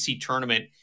tournament